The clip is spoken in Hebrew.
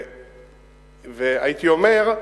והייתי אומר,